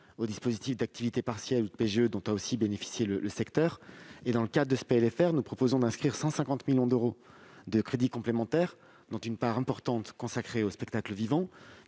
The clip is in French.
au dispositif d'activité partielle et au PGE, dont a aussi bénéficié le secteur. Dans le cadre de ce PLFR, nous inscrivons 150 millions d'euros de crédits complémentaires, dont une part importante consacrée au spectacle vivant,